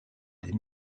des